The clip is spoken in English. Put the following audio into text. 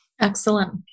Excellent